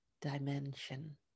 dimension